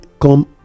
come